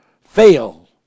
fail